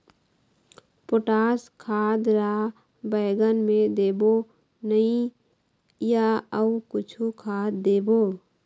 Potash खाद ला बैंगन मे देबो नई या अऊ कुछू खाद देबो?